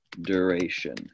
duration